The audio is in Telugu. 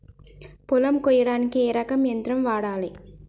పొలం కొయ్యడానికి ఏ రకం యంత్రం వాడాలి?